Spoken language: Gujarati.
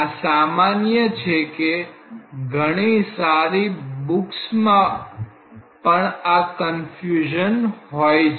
આ સામાન્ય છે કે ઘણી સારી બુક્સ માં પણ આ કન્ફ્યુઝન હોય છે